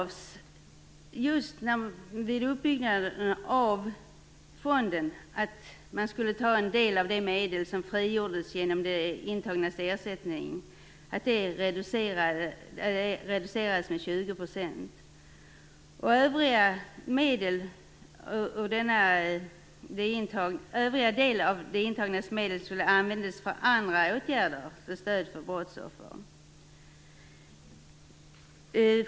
Vid uppbyggnaden av fonden tillfördes den en del av de medel som frigjordes genom att de intagnas ersättning reducerades med 20 %, och den övriga delen av de intagnas medel skulle användas för andra åtgärder till stöd för brottsoffer.